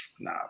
Nah